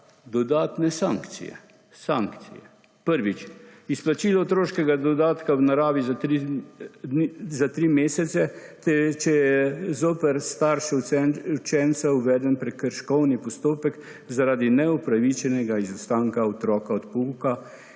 dodatne sankcije. Prvič izplačilo otroškega dodatka v naravi za 3 mesece, torej če je zoper starša učencev uveden prekrškovni postopek zaradi neupravičenega izostanka otroka od pouka